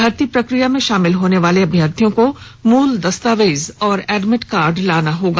भर्ती प्रकिया में शामिल होने वाले अभ्यर्थियों को मूल दस्तावेज और एडमिट कार्ड लाना होगा